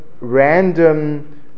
random